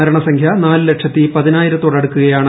മരണസംഖൃ നാലു ലക്ഷത്തി പതിനായിരത്തോടടുക്കുകയാണ്